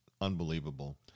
unbelievable